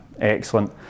excellent